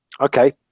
Okay